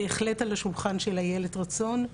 בהחלט על השולחן של איילת רצון,